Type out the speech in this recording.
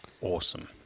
Awesome